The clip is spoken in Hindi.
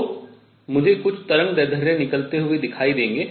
तो मुझे कुछ तरंगदैर्ध्य निकलते हुए दिखाई देंगे